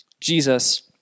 Jesus